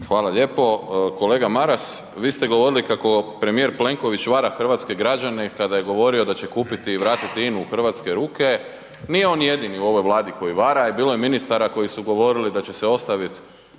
Hvala lijepo. Kolega Maras vi ste govorili kao premijer Plenković vara hrvatske građane kada je govorio da će kupiti i vratiti INU u hrvatske ruke, nije on jedini u ovoj Vladi koji vara i bilo je ministara koji su govorili da će se ostaviti